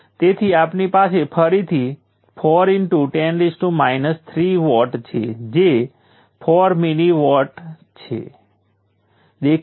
તેથી જો તમે સર્કિટના દરેક એલિમેન્ટને લો અને તેમના દ્વારા શોષાયેલી પાવરની ગણતરી કરો જે V અને I ની પ્રોડક્ટ છે તેથી પેસિવ સાઇન કન્વેન્શન અનુસાર તે બધા પાવરોનો સરવાળો 0 હશે